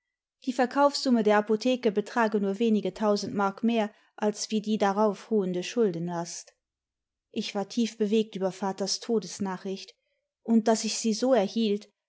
die verkaufssumme der apotheke betrage nur wenige tausend mark mehr als wie die darauf ruhende schiddenlast ich war tief bewegt über vaters todesnachricht und daß ich sie so erhielt